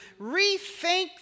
rethink